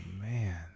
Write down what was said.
man